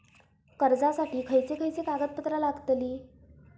कर्जासाठी खयचे खयचे कागदपत्रा लागतली?